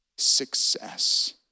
success